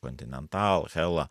kontinental hela